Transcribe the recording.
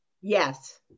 Yes